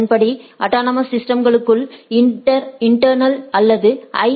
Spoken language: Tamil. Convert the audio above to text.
அதன்படி அட்டானமஸ் சிஸ்டம்களுக்குள் இன்டெர்னல் நெயிபோர்ஸ் அல்லது ஐ